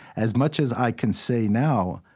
as much as i can say now,